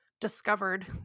discovered